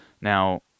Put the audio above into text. Now